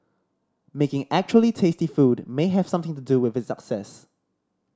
making actually tasty food may have something to do with its success